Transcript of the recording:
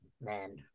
man